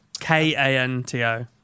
k-a-n-t-o